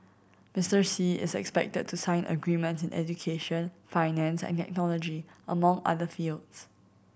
Mister Xi is expected to sign agreement in education finance and technology among other fields